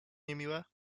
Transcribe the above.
niemiłe